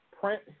print